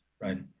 right